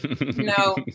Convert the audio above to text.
No